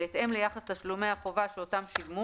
בהתאם ליחס תשלומי החובה שאותם שילמו